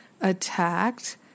attacked